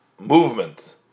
Movement